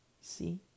See